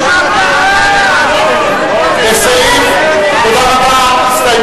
תודה רבה.